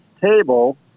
table